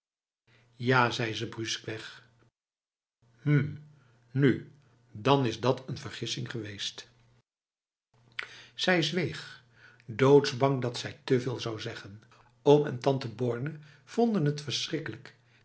ja zei ze bruuskweg hm nu dan is dat een vergissing geweestf zij zweeg doodsbang dat zij te veel zou zeggen oom en tante borne vonden het verschrikkelijk